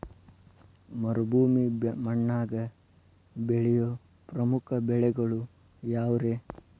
ಮರುಭೂಮಿ ಮಣ್ಣಾಗ ಬೆಳೆಯೋ ಪ್ರಮುಖ ಬೆಳೆಗಳು ಯಾವ್ರೇ?